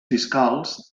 fiscals